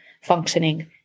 functioning